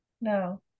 no